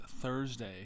Thursday